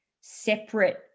separate